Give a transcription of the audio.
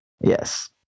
Yes